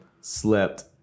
slept